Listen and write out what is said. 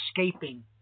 escaping